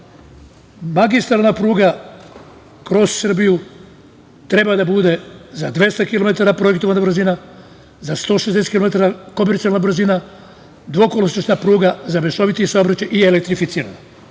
magistralna pruga kroz Srbiju, treba da bude za 200km projektovana brzina, za 160 kilometara komercijalna brzina i dvokolosečna pruga za mešoviti saobraćaj i elektrificirana. To